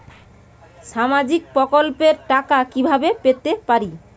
সামাজিক প্রকল্পের টাকা কিভাবে পেতে পারি?